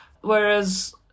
whereas